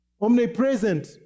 omnipresent